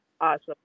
Awesome